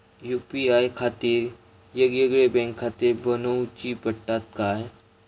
UPI खातीर येगयेगळे बँकखाते बनऊची पडतात काय?